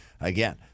again